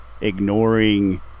ignoring